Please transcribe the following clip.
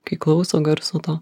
kai klauso garso to